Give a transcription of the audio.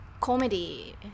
comedy